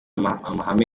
amahame